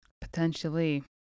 Potentially